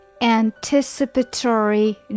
Anticipatory